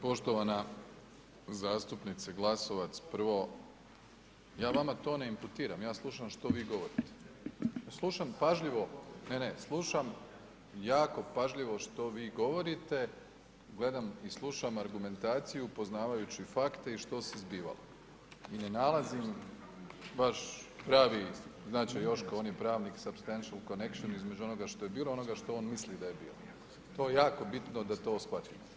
Poštovana zastupnice Glasovac, prvo ja vama to ne imputiram, ja slušam što vi govorite, slušam pažljivo, ne, ne, slušam jako pažljivo što vi govorite, gledam i slušam argumentaciju poznavajući fakte i što se zbivalo i ne nalazim baš pravi, znat će Joško on je pravnik …/Govornik govori stranim jezikom./… između onoga što je bilo i onoga što on misli da je bilo, to je jako bitno da to uskladimo.